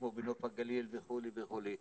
כמו בנוף הגליל וכו' וכו',